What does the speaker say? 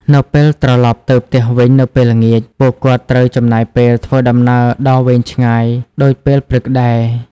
នៅពេលត្រឡប់ទៅផ្ទះវិញនៅពេលល្ងាច ពួកគាត់ត្រូវចំណាយពេលធ្វើដំណើរដ៏វែងឆ្ងាយដូចពេលព្រឹកដែរ។